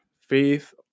faith